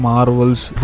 Marvel's